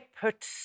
put